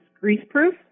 grease-proof